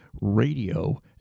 radio